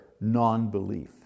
non-belief